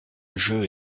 jeu